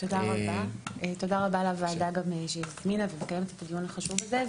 רבה לוועדה שהזמינה ומקיימת את הדיון החשוב הזה.